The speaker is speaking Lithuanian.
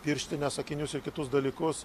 pirštines akinius ir kitus dalykus